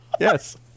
yes